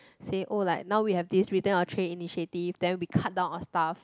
say oh like now we have this return our tray initiative then we cut down our staff